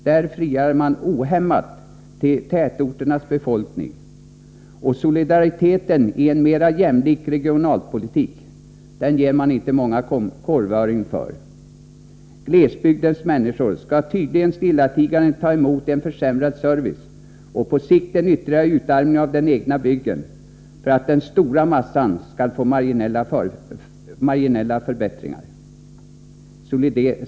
Där friar man ohämmat till tätorternas befolkning, och solidariteten i en mera jämlik regionalpolitik ger man inte många korvören för. Glesbygdens människor skall tydligen stillatigande ta emot en försämrad service och på sikt en ytterligare utarmning av den egna bygden för att den stora massan skall få marginella förbättringar.